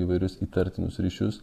įvairius įtartinus ryšius